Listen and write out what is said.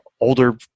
older